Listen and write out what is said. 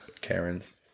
Karens